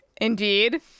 Indeed